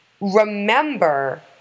remember